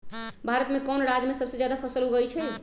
भारत में कौन राज में सबसे जादा फसल उगई छई?